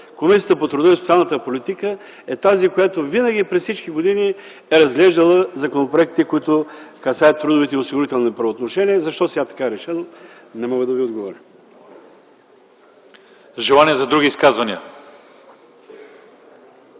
Комисията по труда и социалната политика е тази, която винаги, през всичките години, е разглеждала законопроектите, касаещи трудовите и осигурителните правоотношения. Защо сега така е решено, не мога да Ви отговоря.